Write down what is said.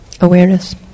awareness